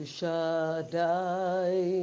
Shaddai